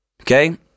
Okay